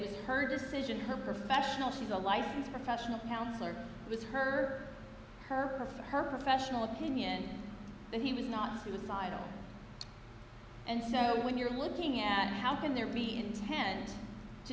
was her decision her professional she's a licensed professional counselor it was her her her for her professional opinion that he was not suicidal and so when you're looking at how can there be an intent to